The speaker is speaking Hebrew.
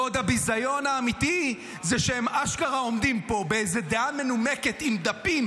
הביזיון האמיתי זה שהם אשכרה עומדים פה באיזו דעה מנומקת עם דפים,